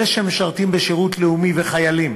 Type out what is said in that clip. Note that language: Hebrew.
אלה שמשרתים בשירות לאומי וחיילים